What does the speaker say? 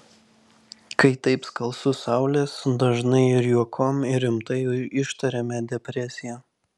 kai taip skalsu saulės dažnai ir juokom ir rimtai ištariame depresija